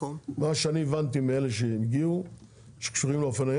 מה שאני הבנתי מאלה שהגיעו שקשורים לאופנועי